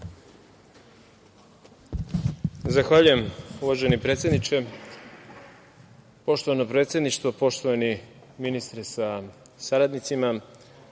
Zahvaljujem, uvaženi predsedniče. Poštovano predsedništvo, poštovani ministre sa saradnicima,